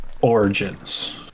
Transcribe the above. origins